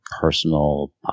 personal